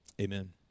amen